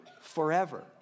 forever